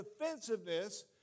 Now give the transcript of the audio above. defensiveness